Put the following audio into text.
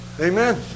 Amen